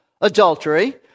adultery